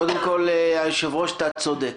קודם כול, היושב-ראש, אתה צודק.